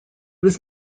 was